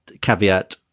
caveat